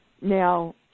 Now